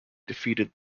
defeated